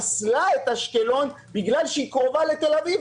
פסלה את אשקלון בגלל שהיא קרובה לתל אביב.